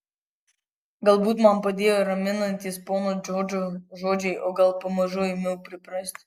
galbūt man padėjo raminantys pono džordžo žodžiai o gal pamažu ėmiau priprasti